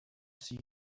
see